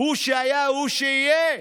מה שהיה הוא שיהיה.